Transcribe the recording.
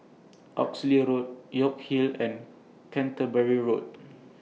Oxley Road York Hill and Canterbury Road